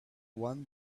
one